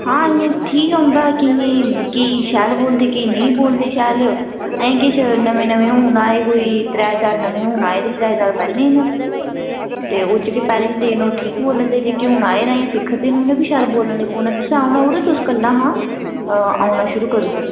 हां इं'या ठीक औंदा केेइयें केईं शैल बोलदे केईं निं बोलदे शैल हैन किश नमें नमें हून आए कोई त्रै चार नमें हून आए ते त्रै चार पैह्लें दे न ते ओह् जेह्के पैह्लें दे न ओह् ठीक बोलै दे न ते जेह्के हून आए सिक्खै दे न उ'नें बी शैल बोलन लगी पौना तुसें औना होग तुस कल्लै शा औना शुरू करी ओड़ेओ